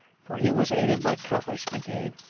for he was aided by cutler's brigade,